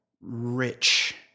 rich